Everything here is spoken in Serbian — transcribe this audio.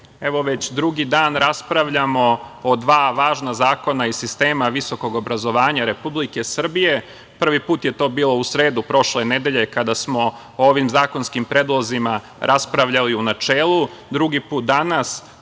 evo već drugi dan raspravljamo o dva važna zakona iz sistema visokog obrazovanja Republike Srbije. Prvi put je to bilo u sredu prošle nedelje kada smo ovim zakonskim predlozima raspravljali u načelu, drugi put danas